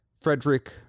Frederick